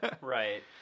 right